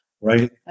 right